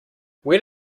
where